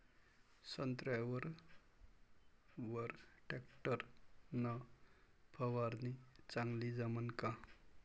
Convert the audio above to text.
संत्र्यावर वर टॅक्टर न फवारनी चांगली जमन का?